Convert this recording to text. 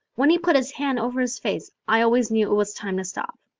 when he put his hand over his face i always knew it was time to stop.